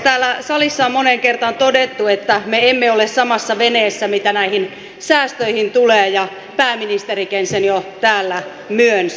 täällä salissa on moneen kertaan todettu että me emme ole samassa veneessä mitä näihin säästöihin tulee ja pääministerikin sen jo täällä myönsi